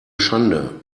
schande